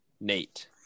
Nate